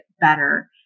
better